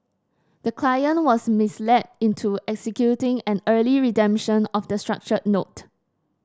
the client was misled into executing an early redemption of the structured note